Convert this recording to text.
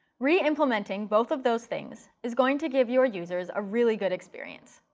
reimplementing both of those things is going to give your users a really good experience.